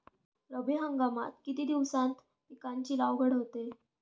रब्बी हंगामात किती दिवसांत पिकांची लागवड होते?